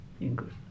English